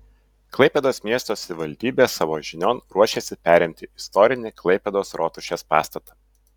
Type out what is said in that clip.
klaipėdos miesto savivaldybė savo žinion ruošiasi perimti istorinį klaipėdos rotušės pastatą